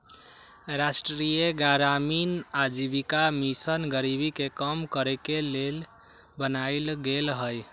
राष्ट्रीय ग्रामीण आजीविका मिशन गरीबी के कम करेके के लेल बनाएल गेल हइ